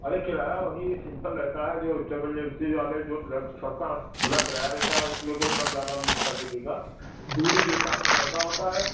अरे किराया वही सिम्पल रहता है जो ट्रैवल एजेंसीज वाले जो सबका खुला किराया रहता है उसमें कोई कम ज़्यादा नहीं होता किसी का दूरी के हिसाब से पैसा होता है